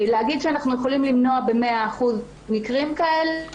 להגיד שאנחנו יכולים למנוע ב-100% מקרים כאלה,